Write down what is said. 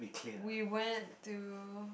we went to